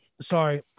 Sorry